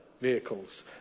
vehicles